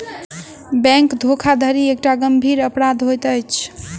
bank धोखाधड़ी एकटा गंभीर अपराध होइत अछि